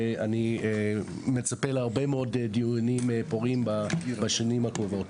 ואני מצפה להרבה מאוד דיונים פוריים בשנים הקרובות.